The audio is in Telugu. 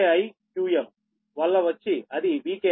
qm వల్ల వచ్చి అది Vki